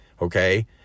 okay